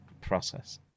process